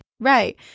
Right